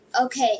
okay